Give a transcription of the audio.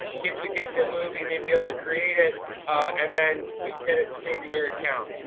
kids would get their movie. they'd be able to create it and then you get it saved in your account.